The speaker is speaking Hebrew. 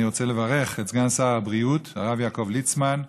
אני רוצה לברך את סגן שר הבריאות הרב יעקב ליצמן,